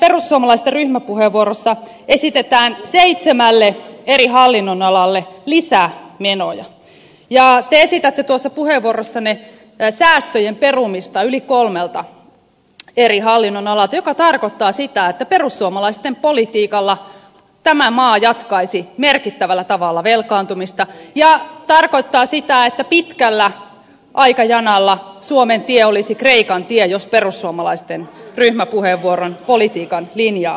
nimittäin perussuomalaisten ryhmäpuheenvuorossa esitetään seitsemälle eri hallinnonalalle lisämenoja ja te esitätte tuossa puheenvuorossanne säästöjen perumista yli kolmelta eri hallinnonalalta mikä tarkoittaa sitä että perussuomalaisten politiikalla tämä maa jatkaisi merkittävällä tavalla velkaantumista ja tarkoittaa sitä että pitkällä aikajanalla suomen tie olisi kreikan tie jos perussuomalaisten ryhmäpuheenvuoron politiikan linjaa toteutettaisiin